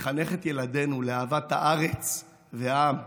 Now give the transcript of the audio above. לחנך את ילדינו לאהבת הארץ והעם,